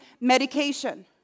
medication